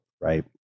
right